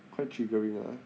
quite triggering ah